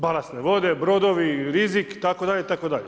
Balastne vode, brodovi, rizik itd., itd.